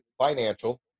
financial